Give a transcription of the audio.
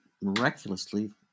miraculously